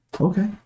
Okay